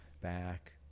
back